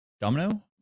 Domino